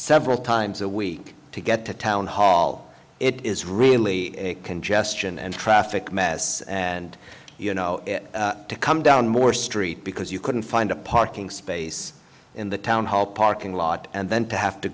several times a week to get to town hall it is really a congestion and traffic mess and you know to come down more street because you couldn't find a parking space in the town hall parking lot and then to have to